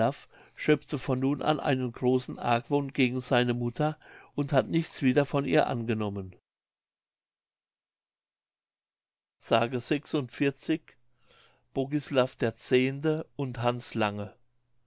schöpfte von nun an einen großen argwohn gegen seine mutter und hat nichts wieder von ihr angenommen kantzow pomerania ii s bogislav x und hans lange